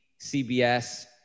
CBS